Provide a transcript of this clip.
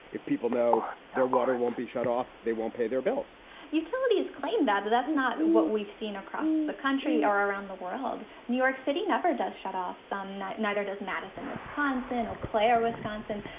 if people know their water won't be shut off, they won't pay their bills utilities claim that that's not what we've seen across the country or around the world. new york city never does shut off some. neither does madison, wisconsin. eau claire, wisconsin.